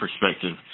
perspective